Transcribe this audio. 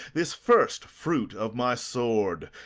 this first fruit of my sword,